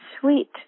sweet